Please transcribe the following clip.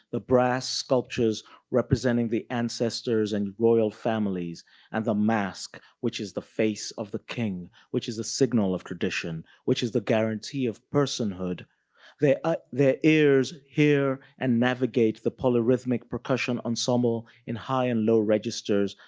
the brass sculptures representing the ancestors and royal families and the mask, which is the face of the king, which is a signal of tradition, which is the guarantee of personhood their ah their ears here and navigate the polyrhythmic percussion ensemble in high and low registers,